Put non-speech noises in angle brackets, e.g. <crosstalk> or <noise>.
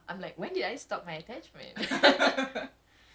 I'm like when did I stop my attachment <laughs>